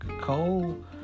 Cole